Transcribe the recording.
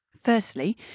Firstly